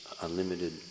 unlimited